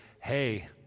hey